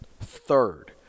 Third